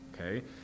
okay